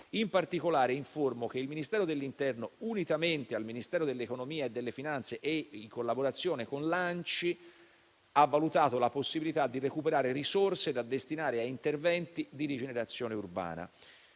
In particolare, informo che il Ministero dell'interno, unitamente al Ministero dell'economia e delle finanze e in collaborazione con l'ANCI, ha valutato la possibilità di recuperare risorse da destinare a interventi di rigenerazione urbana.